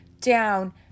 down